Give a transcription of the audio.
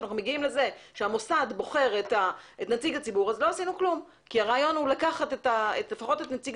אנחנו רשמנו את ההודעה של נציג